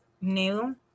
new